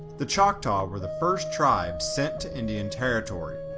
the choctaw were the first tribe sent to indian territory.